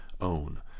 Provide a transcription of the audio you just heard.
own